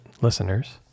listeners